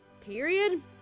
period